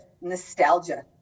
nostalgia